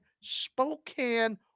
Spokane